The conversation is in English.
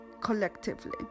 collectively